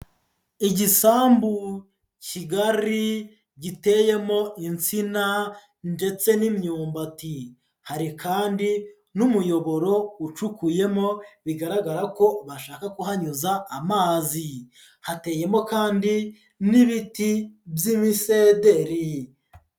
Igisambu kigari, giteyemo insina ndetse n'imyumbati. Hari kandi n'umuyoboro ucukuyemo, bigaragara ko bashaka kuhanyuza amazi. Hateyemo kandi, n'ibiti by'imisederi.